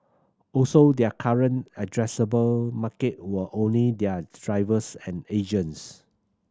also their current addressable market were only their drivers and agents